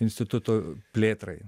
instituto plėtrai